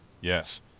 yes